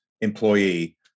employee